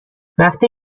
وقتی